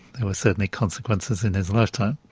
there were certainly consequences in his lifetime.